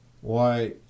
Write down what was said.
Why